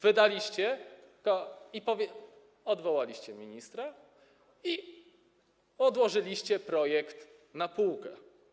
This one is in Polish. Wydaliście i odwołaliście ministra, i odłożyliście projekt na półkę.